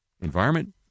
environment